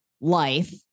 life